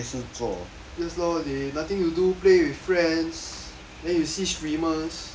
yes lor they nothing to do play with friends then you see streamers